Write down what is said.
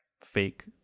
fake